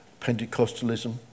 Pentecostalism